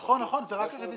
נכון, זה רק הרביזיה.